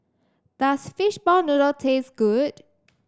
does Fishball Noodle taste good